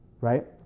right